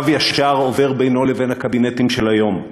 קו ישר עובר בינו לבין הקבינטים של היום,